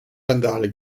randale